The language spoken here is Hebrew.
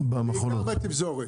בעיקר בתפזורת.